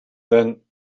then